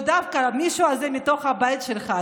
ודווקא מישהו מתוך הבית שלך,